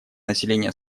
население